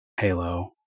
Halo